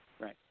Right